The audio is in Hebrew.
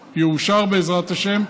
ויאושר, בעזרת השם.